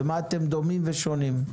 במה אתם דומים ושונים?